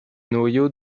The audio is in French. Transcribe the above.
noyau